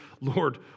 Lord